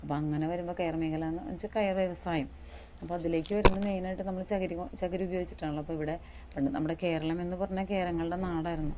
അപ്പോൾ അങ്ങനെ വരുമ്പോൾ കയറ് മേഖല എന്ന് എന്ന് വെച്ചാൽ കയറ് വ്യവസായം അപ്പോൾ അതിലേക്ക് വരുന്നത് മെയ്നായിട്ട് നമ്മള് ചകിരി കൊ ചകിരി ഉപയോഗിച്ചിട്ടാണല്ലൊ അപ്പോൾ ഇവിടെ പണ്ട് നമ്മുടെ കേരളം എന്ന് പറഞ്ഞാൽ കേരങ്ങളുടെ നാടായിരുന്നു